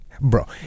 bro